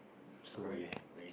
so ya